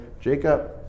Jacob